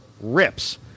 rips